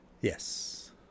Yes